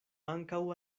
ankaŭ